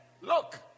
Look